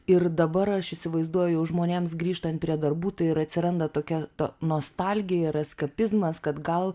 ir dabar aš įsivaizduoju žmonėms grįžtant prie darbų tai ir atsiranda tokia ta nostalgija ir eskapizmas kad gal